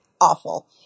awful